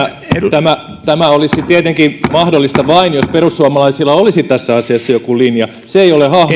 tämä tämä olisi tietenkin mahdollista vain jos perussuomalaisilla olisi tässä asiassa joku linja se ei ole